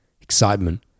excitement